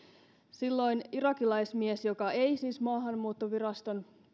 silloin irakilaismies joka ei siis maahanmuuttoviraston